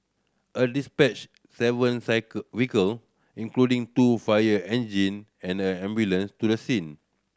a dispatched seven vehicle including two fire engine and an ambulance to the scene